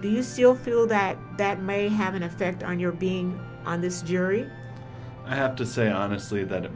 these still feel that that may have an effect on your being on this jury i have to say honestly that